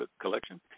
Collection